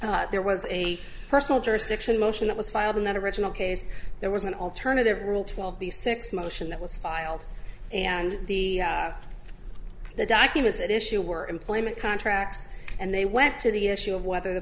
motions there was a personal jurisdiction motion that was filed in that original case there was an alternative rule twelve the six motion that was filed and the the documents at issue were employment contracts and they went to the issue of whether the